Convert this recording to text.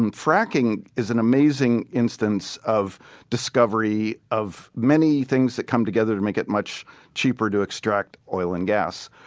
and fracking is an amazing instance of discovery of many things that come together to make it much cheaper to extract oil and gas.